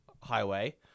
Highway